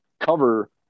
cover